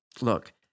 Look